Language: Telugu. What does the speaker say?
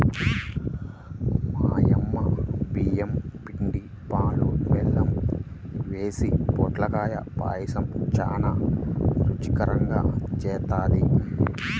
మా యమ్మ బియ్యం పిండి, పాలు, బెల్లం యేసి పొట్లకాయ పాయసం చానా రుచికరంగా జేత్తది